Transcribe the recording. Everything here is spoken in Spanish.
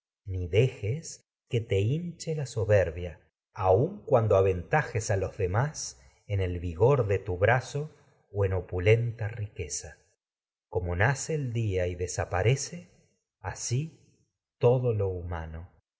ni dejes que té hinche la soberbia en aun cuando aventajes a los opulenta riqueza demás el vigor de tu brazo o en como dioses nace el día y desaparece así todo lo humano